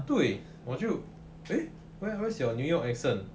对我就 eh where's where's your New York accent